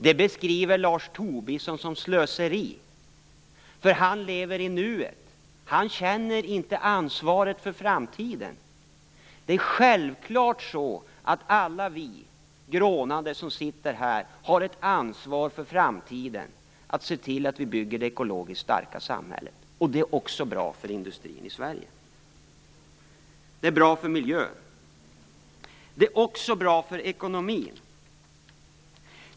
Det beskriver Lars Tobisson som slöseri, för han lever i nuet. Han känner inte ansvaret för framtiden. Självfallet har alla vi grånande som sitter här ett ansvar för framtiden att se till att vi bygger det ekologiskt starka samhället. Det är bra för industrin i Sverige, och det är bra för miljön. För det tredje är det också bra för ekonomin.